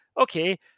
okay